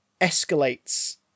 escalates